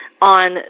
on